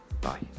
Bye